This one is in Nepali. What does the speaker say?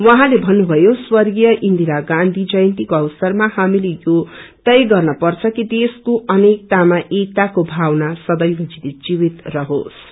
उहाँले भन्नुभयो स्वर्गीय इन्दीरा गान्धी जयन्तीको अवसरमा हामीले यो तय गर्न पर्छ कि देशको अनेकतामा एकताको भावना सदैव जीवित रहोस